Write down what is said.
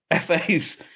FAs